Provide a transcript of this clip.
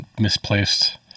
misplaced